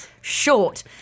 short